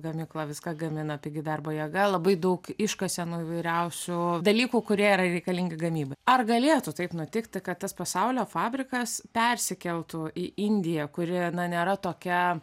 gamykla viską gamina pigi darbo jėga labai daug iškasenų įvairiausių dalykų kurie yra reikalingi gamybai ar galėtų taip nutikti kad tas pasaulio fabrikas persikeltų į indiją kuri na nėra tokia